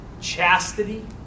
Chastity